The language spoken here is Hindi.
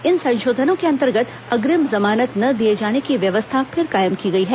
इन संशोधनों के अंतर्गत अग्रिम जमानत ने दिए जाने की व्यवस्था फिर कायम की गई है